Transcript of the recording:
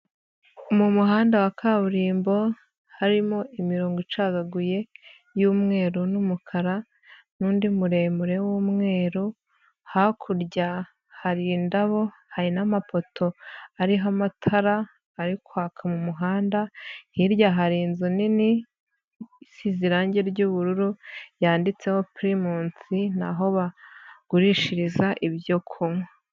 Mu muhanda wa kaburimbo harimo imirongo icagaguye y'umweru n'umukara n'undi muremure w'umweru hakurya hari indabo hari n'amapoto ariho amatara ari kwaka mu muhanda, hirya hari inzu nini isize irangi ry'ubururu yanditseho Primus ni aho bagurishiriza ibyo kunywa.